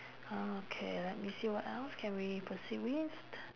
uh okay let me see what else can we proceed with